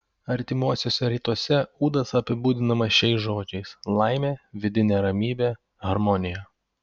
artimuosiuose rytuose ūdas apibūdinamas šiais žodžiais laimė vidinė ramybė harmonija